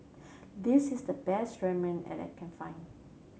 this is the best Ramen and I can find